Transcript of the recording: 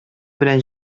белән